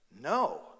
No